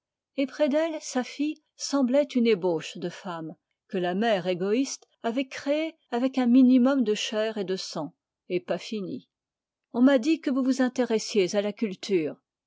et près d'elle sa fille semblait une ébauche de femme que la mère égoïste avait créée avec un minimum de chair et de sang et pas finie on m'a dit que vous vous intéressiez à la culture